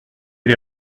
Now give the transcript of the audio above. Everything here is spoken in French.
les